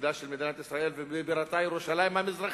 לצדה של מדינת ישראל ובירתה ירושלים המזרחית.